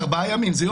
זה ארבעה ימים.